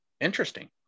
Interesting